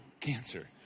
cancer